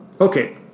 Okay